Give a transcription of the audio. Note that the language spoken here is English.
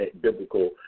biblical